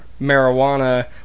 marijuana